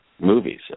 movies